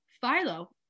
Philo